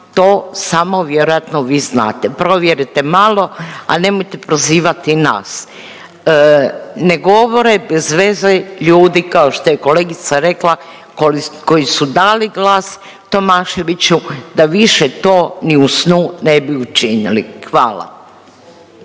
to samo vjerojatno vi znate, provjerite malo, a nemojte prozivati nas. Ne govore bezveze ljudi kao što je kolegica rekla koji su dali glas Tomaševiću da više to ni u snu ne bi učinili, hvala.